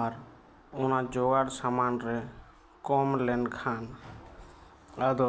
ᱟᱨ ᱚᱱᱟ ᱡᱚ ᱟᱨ ᱥᱟᱢᱟᱱ ᱨᱮ ᱠᱚᱢ ᱞᱮᱱᱠᱷᱟᱱ ᱟᱫᱚ